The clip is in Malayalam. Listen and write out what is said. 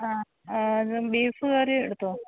അ അ ബീഫ് കറി എടുത്തോ